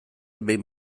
behin